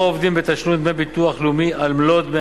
העובדים בתשלום דמי ביטוח לאומי על מלוא דמי